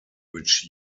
which